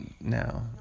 now